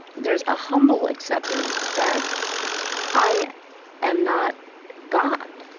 there's a humble acceptance that i am not god.